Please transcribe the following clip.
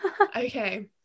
Okay